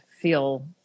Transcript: feel